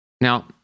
Now